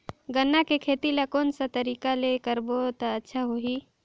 गन्ना के खेती ला कोन सा तरीका ले करबो त अच्छा होही?